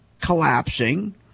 collapsing